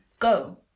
Go